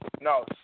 No